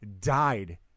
died